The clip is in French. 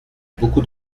beaucoup